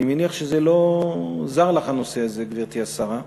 אני מניח שזה לא זר לך, הנושא הזה, גברתי השרה.